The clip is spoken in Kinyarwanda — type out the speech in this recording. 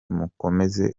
mukomeze